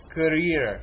career